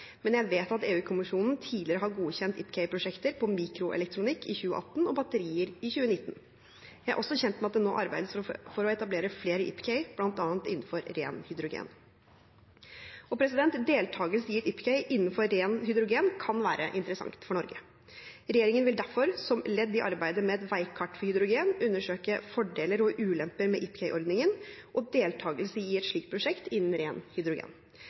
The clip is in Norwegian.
Men jeg vet at EU-kommisjonen tidligere har godkjent IPCEl-prosjekter på mikroelektronikk i 2018 og batterier i 2019. Jeg er også kjent med at det nå arbeides for å etablere flere IPCEI, bl.a. innenfor ren hydrogen. Deltakelse i et IPCEI innenfor ren hydrogen kan være interessant for Norge. Regjeringen vil derfor, som ledd i arbeidet med et veikart for hydrogen, undersøke fordeler og ulemper med IPCEI-ordningen og deltakelse i et slikt prosjekt innen ren hydrogen.